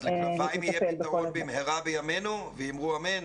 אז ל'כנפיים' יהיה פתרון במהרה בימינו ואמרו אמן?